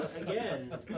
Again